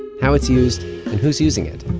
how it's used and who's using it.